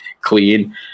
clean